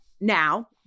now